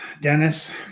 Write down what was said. Dennis